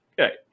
Okay